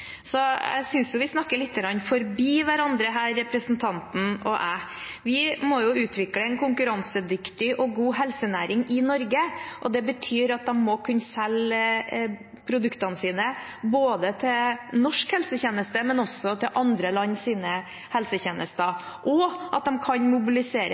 Jeg synes vi snakker lite grann forbi hverandre, representanten og jeg. Vi må utvikle en konkurransedyktig og god helsenæring i Norge, og det betyr at de må kunne selge produktene sine både til norsk helsetjeneste og til andre lands helsetjenester, og at de kan mobilisere